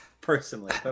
personally